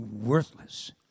worthless